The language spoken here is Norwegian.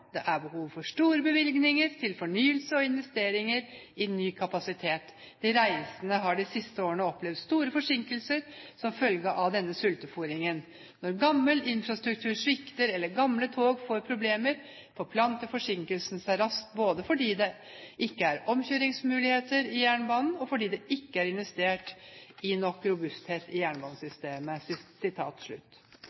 Det er behov for store bevilgninger til fornyelse og investeringer i ny kapasitet. De reisende har de siste årene opplevd store forsinkelser som følge av denne sultefôringen. Når gammel infrastruktur svikter, eller gamle tog får problemer, forplanter forsinkelsene seg raskt både fordi det ikke er omkjøringsmuligheter i jernbanen og fordi det ikke er investert i nok robusthet i